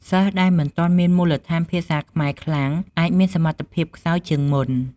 សិស្សដែលមិនទាន់មានមូលដ្ឋានភាសាខ្មែរខ្លាំង អាចមានសម្ថភាពខ្សោយជាងមុន។